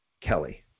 Kelly